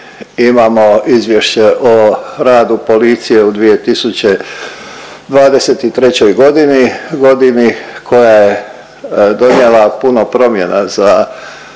imamo Izvješće o radu policije u 2023. godini, godini koja je donijela puno promjena za